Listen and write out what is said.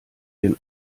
den